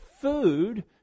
food